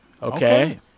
Okay